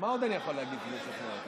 לכם שותפים, דבר